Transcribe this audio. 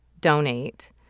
donate